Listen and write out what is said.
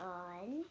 on